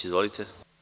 Izvolite.